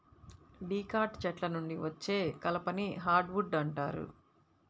dicot చెట్ల నుండి వచ్చే కలపని హార్డ్ వుడ్ అంటారు